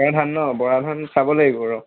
বৰা ধান ন বৰা ধান চাব লাগিব ৰ